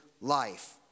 life